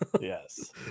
Yes